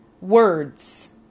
words